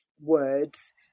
words